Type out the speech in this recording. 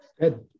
Good